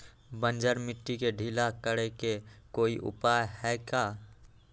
बंजर मिट्टी के ढीला करेके कोई उपाय है का?